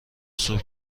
صبح